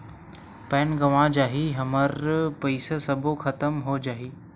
Pan गंवा जाही हमर पईसा सबो खतम हो जाही?